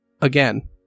Again